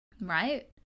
right